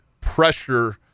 pressure